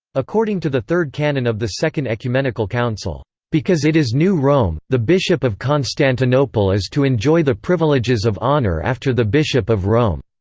according to the third canon of the second ecumenical council because it is new rome, the bishop of constantinople is to enjoy the privileges of honor after the bishop of rome.